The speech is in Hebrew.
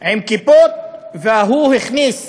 עם כיפות, וההוא הכניס